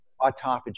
autophagy